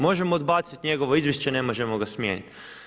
Možemo odbaciti njegovo izvješće, ne možemo ga smijenit.